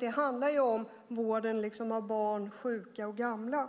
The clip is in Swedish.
Det handlar ju om vården av barn, sjuka och gamla.